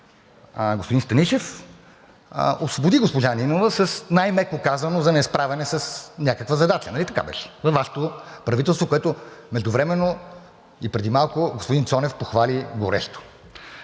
господин Станишев освободи госпожа Нинова, най меко казано, за несправяне с някаква задача – нали така беше, във Вашето правителство, което междувременно и Цонев преди малко похвали горещо.